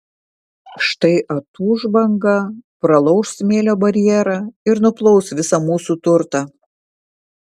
štai atūš banga pralauš smėlio barjerą ir nuplaus visą mūsų turtą